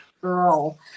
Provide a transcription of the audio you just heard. girl